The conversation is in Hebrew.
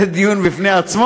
זה דיון בפני עצמו,